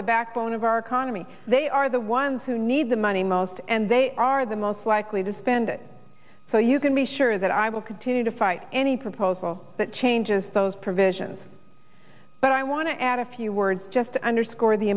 the backbone of our economy they are the ones who need the money most and they are the most likely to spend it so you can be sure that i will continue to fight any proposal that changes those provisions but i want to add a few words just to underscore the